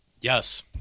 Yes